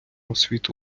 освіту